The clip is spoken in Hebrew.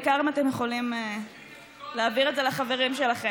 בעיקר אם אתם יכולים להעביר את זה לחברים שלכם.